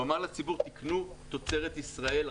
הוא אמר לציבור: קנו תוצרת ישראל,